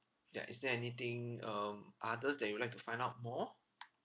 ya is there anything um others that you'd like to find out more